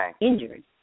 injured